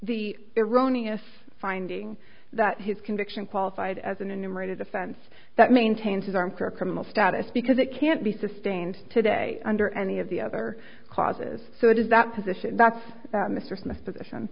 the eroni us finding that his conviction qualified as an enumerated offense that maintains his arm for a criminal status because it can't be sustained today under any of the other clauses so it is that position that's that mr smith position